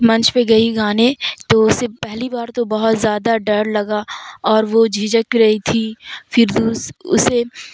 منچ پہ گئی گانے تو اسے پہلی بار تو بہت زیادہ ڈر لگا اور وہ جھجھک رہی تھی پھر اسے